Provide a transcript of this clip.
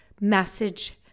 message